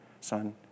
Son